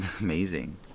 amazing